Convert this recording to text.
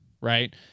Right